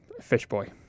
Fishboy